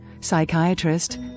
Psychiatrist